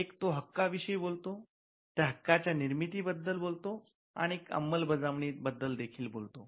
एक तो हक्कांविषयी बोलतो त्या हक्काच्या निर्मिती बद्दल बोलतो आणि अंमलबजावणी बद्दल देखील बोलतो